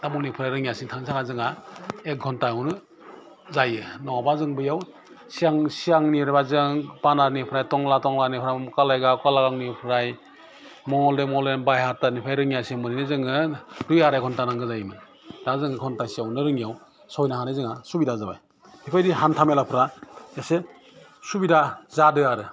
थामुलनिफ्राय रोंङियासिम थांनो थाखाय जोंहा एक घन्टायावनो जायो नङाबा जों बेवयाव सिगां सिगांनिबा जों पानारनिफ्राय थंग्ला थंग्लानिफ्राय कालायगावनिफ्राइ मंगलदै मंगलदै बाइहाथानिफ्राय रोङियासिम मोनहैनो जोङो दुइ आराय घन्टा नांगौ जायोमोन दा जों घन्टासेयावनो रोङियाव सौहैनो हानाय जोंहा सुबिदा जाबाय बेफोर बायदि हान्था मेलाफ्रा एसे सुबिदा जादों आरो